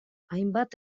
hainbat